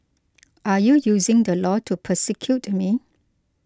are you using the law to persecute me